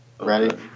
Ready